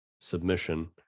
submission